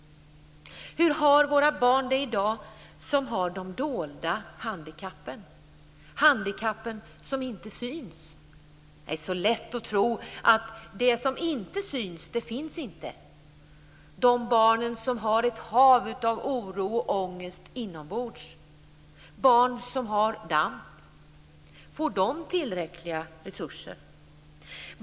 Hur har våra barn det i dag som har de dolda handikappen, handikappen som inte syns? Det är så lätt att tro att det som inte syns inte finns. Får de barn som har ett hav av oro och ångest inombords, barn som har DAMP, tillräckliga resurser?